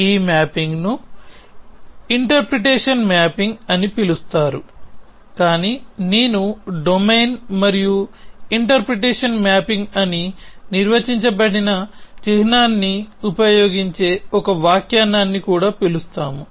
ఈ మ్యాపింగ్ను interpretation mapping అని పిలుస్తారు కాని నేను డొమైన్ మరియు ఇంటర్ప్రెటేషన్ మ్యాపింగ్ అని నిర్వచించబడిన చిహ్నాన్ని ఉపయోగించే ఒక వ్యాఖ్యానాన్ని కూడా పిలుస్తాము